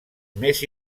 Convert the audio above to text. més